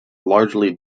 largely